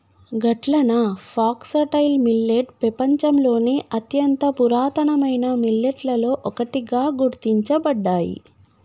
గట్లన foxtail millet పెపంచంలోని అత్యంత పురాతనమైన మిల్లెట్లలో ఒకటిగా గుర్తించబడ్డాయి